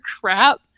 crap